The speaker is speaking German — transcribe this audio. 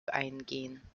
eingehen